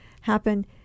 happen